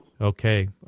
Okay